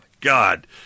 God